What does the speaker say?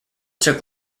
took